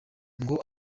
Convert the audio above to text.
ngo